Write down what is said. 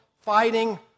fighting